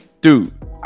dude